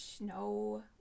no